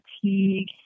fatigue